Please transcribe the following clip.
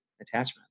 attachment